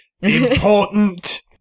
important